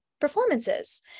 performances